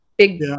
big